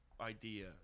idea